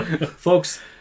folks